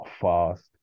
fast